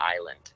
island